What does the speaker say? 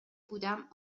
بودم